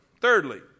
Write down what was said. thirdly